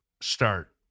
start